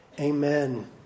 amen